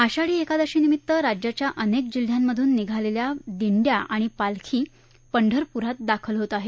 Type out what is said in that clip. आषाढी एकादशी निमित्त राज्याच्या अनेक जिल्ह्यांमधून निघालेल्या दिंड्या आणि पालखी पंढरपूरात दाखल होत आहेत